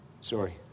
Sorry